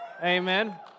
Amen